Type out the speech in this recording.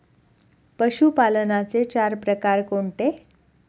पशुपालनाचे चार प्रकार कोणते?